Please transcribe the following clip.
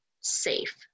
safe